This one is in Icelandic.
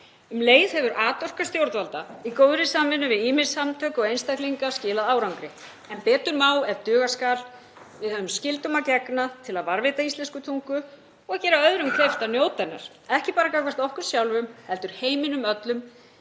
Um leið hefur atorka stjórnvalda í góðri samvinnu við ýmis samtök og einstaklinga skilað árangri. En betur má ef duga skal. Við höfum skyldum að gegna til að varðveita íslenska tungu og gera öðrum kleift að njóta hennar, ekki bara gagnvart okkur sjálfum heldur heiminum öllum